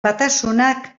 batasunak